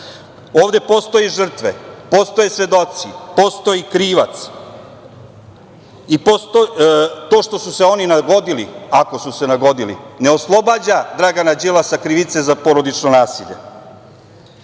Ovde postoje žrtve, postoje svedoci, postoji krivac i to što su se oni nagodili, ako su se nagodili, ne oslobađa Dragana Đilasa krivice za porodično